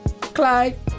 Clyde